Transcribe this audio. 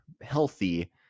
healthy